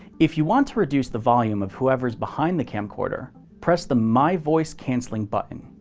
if you want to reduce the volume of whoever is behind the camcorder, press the my voice canceling button.